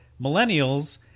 millennials